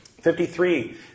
Fifty-three